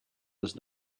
was